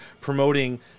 promoting